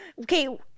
Okay